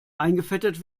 eingefettet